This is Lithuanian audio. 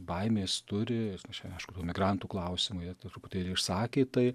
baimės turi čia aišku tuo migrantų klausimu jie truputėlį išsakė tai